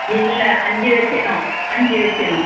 இல்லை அஞ்சு வைக்கணும் அஞ்சு வைக்கணும்